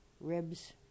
ribs